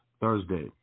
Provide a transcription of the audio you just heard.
Thursday